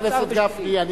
חבר הכנסת גפני,